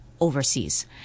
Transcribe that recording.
overseas